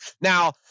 Now